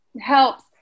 helps